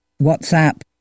WhatsApp